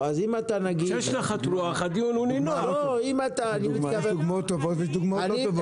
אם אתה נגיש --- יש דוגמאות טובות ויש דוגמאות לא טובות.